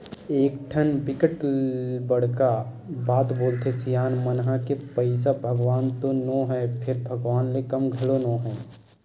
एकठन बिकट बड़का बात बोलथे सियान मन ह के पइसा भगवान तो नो हय फेर भगवान ले कम घलो नो हय